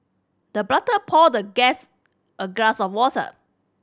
the butler poured the guest a glass of water